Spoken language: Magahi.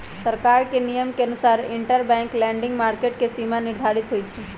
सरकार के नियम के अनुसार इंटरबैंक लैंडिंग मार्केट के सीमा निर्धारित होई छई